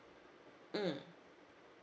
mm